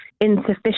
insufficient